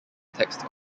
text